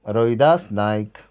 Rohidas Naik